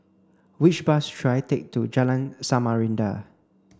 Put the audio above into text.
which bus should I take to Jalan Samarinda